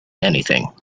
anything